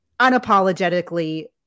unapologetically